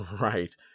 right